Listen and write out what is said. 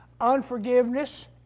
unforgiveness